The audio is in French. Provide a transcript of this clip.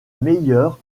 meilleures